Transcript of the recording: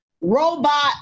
robot